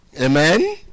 Amen